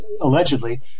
allegedly